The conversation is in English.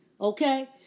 Okay